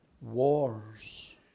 wars